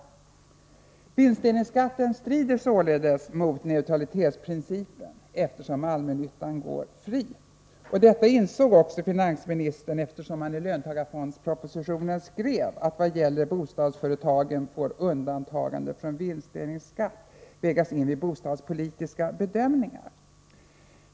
Vinstdelningsskatten strider således mot neutralitetsprincipen, eftersom allmännyttan går fri. Detta insåg också finansministern, eftersom han i löntagarfondspropositionen skrev att vad gäller bostadsföretagen får undantagande från vinstdelningsskatt vägas in vid bostadspolitiska bedömningar.